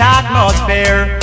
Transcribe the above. atmosphere